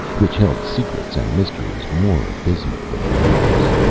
which held secrets and mysteries more abysmal than madness.